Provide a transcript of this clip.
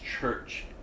church